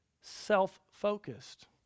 self-focused